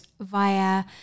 via